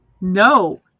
No